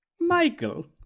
Michael